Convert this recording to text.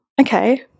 okay